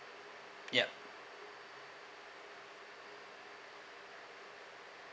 yup